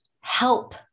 help